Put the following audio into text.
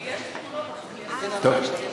ויש, טוב.